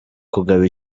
kugaba